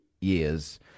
years